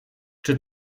czy